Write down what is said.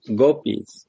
gopis